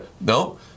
No